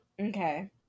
Okay